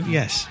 yes